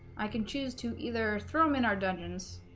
i can choose to either throw them in our dungeons